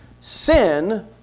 Sin